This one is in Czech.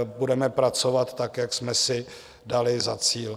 Budeme pracovat tak, jak jsme si dali za cíl.